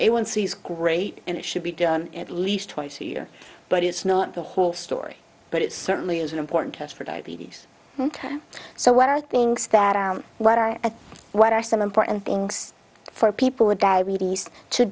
it onesies great and it should be done at least twice a year but it's not the whole story but it's certainly an important test for diabetes so what are things that are what are what are some important things for people with diabetes to